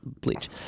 bleach